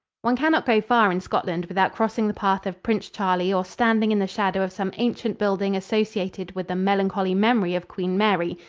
one cannot go far in scotland without crossing the path of prince charlie or standing in the shadow of some ancient building associated with the melancholy memory of queen mary,